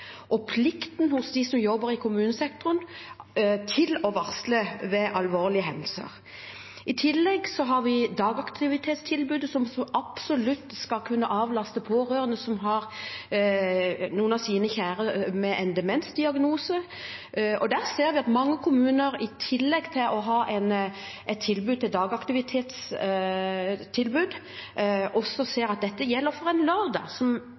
og plikt hos dem som jobber i kommunesektoren, til å varsle ved alvorlige hendelser. I tillegg har vi dagaktivitetstilbudet, som så absolutt skal kunne avlaste pårørende som har noen av sine kjære med en demensdiagnose. Der ser vi at mange kommuner i tillegg til å ha et dagaktivitetstilbud også ser at dette gjelder